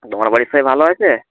তোমার বাড়ির সবাই ভালো আছে